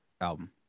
album